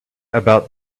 about